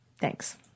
Thanks